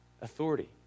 authority